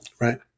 Right